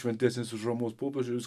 šventesnis už romos popiežių